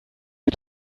you